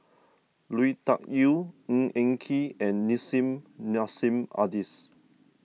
Lui Tuck Yew Ng Eng Kee and Nissim Nassim Adis